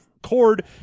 cord